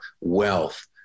wealth